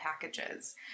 packages